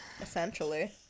Essentially